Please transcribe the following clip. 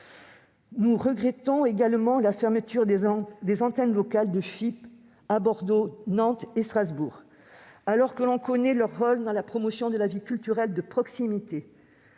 Nous regrettons également la fermeture des antennes locales de FIP à Bordeaux, Nantes et Strasbourg, alors que l'on connaît leur rôle dans la promotion de la vie culturelle de proximité.